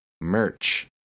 merch